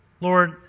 Lord